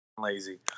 lazy